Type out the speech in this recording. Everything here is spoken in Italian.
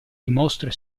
dimostra